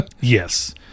Yes